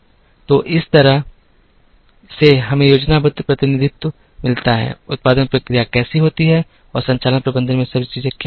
तो इस तरह से हमें योजनाबद्ध प्रतिनिधित्व मिलता है उत्पादन प्रक्रिया कैसे होती है और संचालन प्रबंधन में सभी चीजें क्या होती हैं